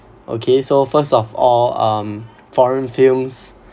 okay so first of all um foreign films